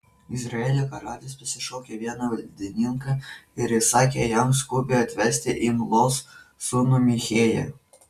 izraelio karalius pasišaukė vieną valdininką ir įsakė jam skubiai atvesti imlos sūnų michėją